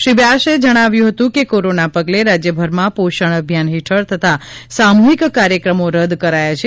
શ્રી વ્યાસે જણાવ્યુ હતુ કોરોના પગલે રાજયભરમાં પોષણ અભિયાન હેઠળ થતા સામુહિક કાર્યક્રમો રદ કરાયા છે